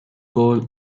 cold